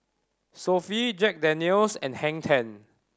Sofy Jack Daniel's and Hang Ten